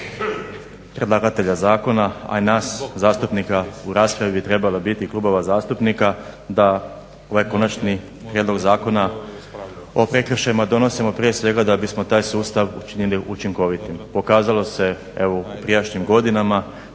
predlagatelja zakona a i nas zastupnika u raspravi trebala biti, klubova zastupnika da ovaj Konačni prijedlog zakona o prekršajima donosimo prije svega da bismo taj sustav učinili učinkovitim. Pokazalo se evo u prijašnjim godinama